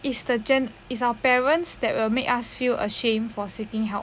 is the gen is our parents that will make us feel ashamed for seeking help